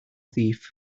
thief